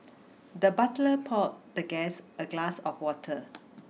the butler poured the guest a glass of water